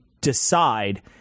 decide